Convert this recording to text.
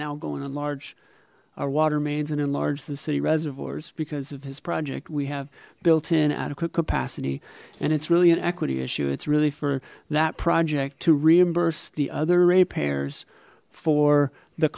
now go in enlarge our water mains and enlarge the city reservoirs because of this project we have built in adequate capacity and it's really an equity issue it's really for that project to reimburse the other ratepayers for the